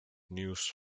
news